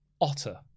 Otter